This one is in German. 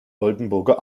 oldenburger